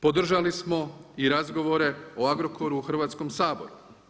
Podržali smo i razgovore o Agrokoru u Hrvatskom saboru.